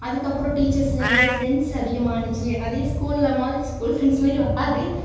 அதுக்கப்புறம் டீச்சர்ஸ்லேருந்து ஃப்ரெண்ட்ஸ் அதிகமாக ஆச்சி அதே ஸ்கூலில் மாதிரி ஸ்கூல் ஃப்ரெண்ட்ஸ் மாரி வராது